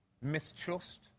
mistrust